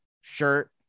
shirt